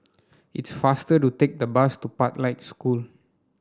it's faster to take the bus to Pathlight School